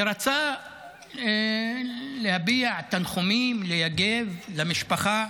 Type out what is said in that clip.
ורצה להביע תנחומים ליגב, למשפחה,